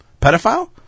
Pedophile